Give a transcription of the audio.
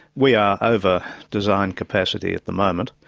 we are over designed capacity at the moment,